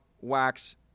wax